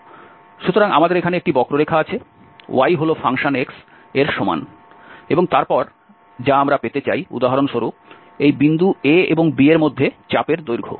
সুতরাং আমাদের এখানে একটি বক্ররেখা আছে y হল f এর সমান এবং তারপর যা আমরা পেতে চাই উদাহরণস্বরূপ এই বিন্দু a এবং b এর মধ্যে চাপের দৈর্ঘ্য